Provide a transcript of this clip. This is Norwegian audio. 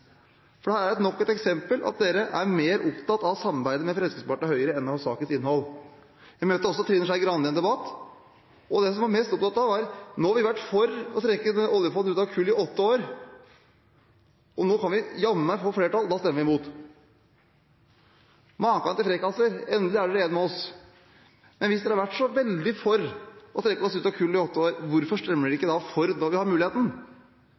for dette er nok et eksempel på at en er mer opptatt av samarbeidet med Fremskrittspartiet og Høyre enn av sakens innhold. Jeg møtte også Trine Skei Grande i en debatt, og det som hun var mest opptatt av, var: Nå har vi vært for å trekke oljefondet ut av kull i åtte år, og nå har vi jammen meg fått flertall – da stemmer vi mot. Makan til frekkaser, endelig er dere enige med oss. Men hvis man har vært så veldig for at vi skal trekke oss ut av kull i åtte år, hvorfor stemmer man ikke for når